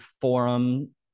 forum